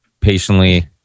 Patiently